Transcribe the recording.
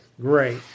Great